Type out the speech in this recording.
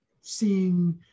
seeing